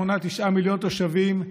המונה תשעה מיליון תושבים,